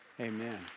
Amen